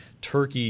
Turkey